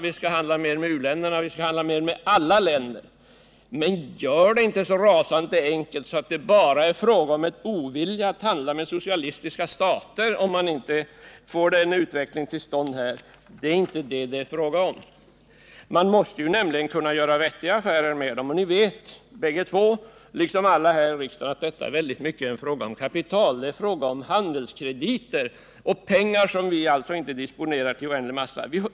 Vi skall också handla med u-länderna, och vi skall handla med alla länder. Men gör det inte så rasande enkelt som att påstå att det bara är fråga om ovilja mot att handla med socialistiska stater, om en sådan handel inte kommer till stånd. Man måste ju kunna göra vettiga affärer med dem. Ni vet båda två liksom alla andra i riksdagen att det till stor del är en fråga om kapital, om handelskrediter och pengar som vi inte disponerar i oändlig massa.